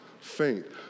faint